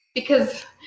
because,